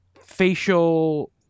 facial